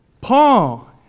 Paul